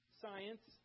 science